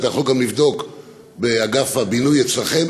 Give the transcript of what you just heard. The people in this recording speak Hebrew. אתה יכול גם לבדוק באגף הבינוי אצלכם,